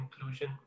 inclusion